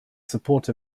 support